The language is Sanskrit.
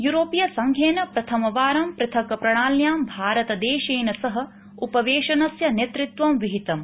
यूरोपीयसंघेन प्रथमबारं पृथक् प्रणाल्यां भारतदेशेन सह उपवेशनस्य नेतृत्व विहीतम्